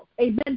Amen